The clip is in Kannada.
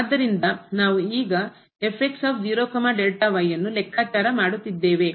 ಆದ್ದರಿಂದ ನಾವು ಈಗ ಅನ್ನು ಲೆಕ್ಕಾಚಾರ ಮಾಡುತ್ತಿದ್ದೇವೆ